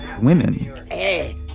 Women